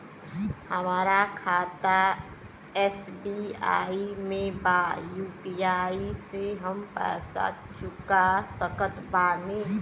हमारा खाता एस.बी.आई में बा यू.पी.आई से हम पैसा चुका सकत बानी?